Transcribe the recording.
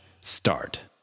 start